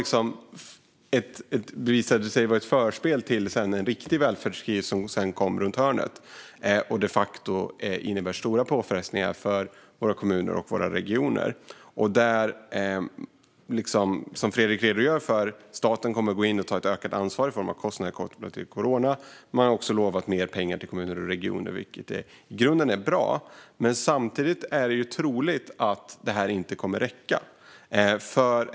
Detta visade sig sedan vara ett förspel till en riktig välfärdskris som kom runt hörnet och som de facto innebär stora påfrestningar för våra kommuner och regioner. Som Fredrik Olovsson redogjorde för kommer staten att gå in och ta ett ökat ansvar för kostnader kopplade till coronaepidemin. Man har också lovat mer pengar till kommuner och regioner, vilket i grunden är bra. Men samtidigt är det troligt att detta inte kommer att räcka.